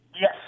Yes